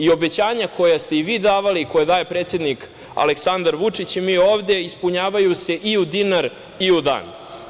Obećanja koja ste i vi davali i koja daje predsednik Aleksandar Vučić i mi ovde ispunjavaju se i u dinar i u dan.